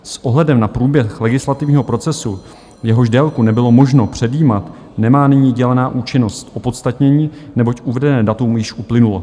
S ohledem na průběh legislativního procesu, jehož délku nebylo možno předjímat, nemá nyní dělená účinnost opodstatnění, neboť uvedené datum již uplynulo.